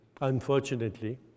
unfortunately